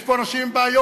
יש פה אנשים עם בעיות,